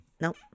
Nope